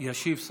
משיב?